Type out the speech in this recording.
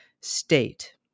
state